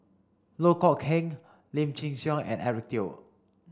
Loh Kok Heng Lim Chin Siong and Eric Teo